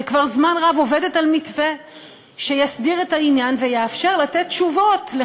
וכבר זמן רב עובד על מתווה שיסדיר את העניין ויאפשר לתת תשובות,